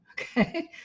Okay